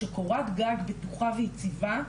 שקורת גג בטוחה ויציבה,